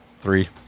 three